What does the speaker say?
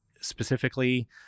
specifically